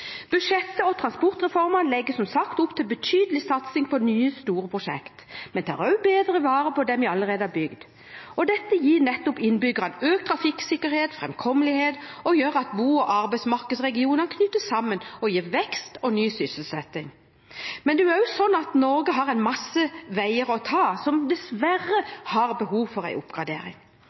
Budsjettet og transportreformene legger som sagt opp til betydelig satsing på nye store prosjekt, men tar også bedre vare på dem vi allerede har bygd. Dette gir nettopp innbyggerne økt trafikksikkerhet, framkommelighet og gjør at bo- og arbeidsmarkedsregioner knyttes sammen og gir vekst og ny sysselsetting. Men det er også slik at Norge har en masse veier å ta av som dessverre har behov for oppgradering.